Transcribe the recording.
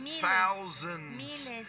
thousands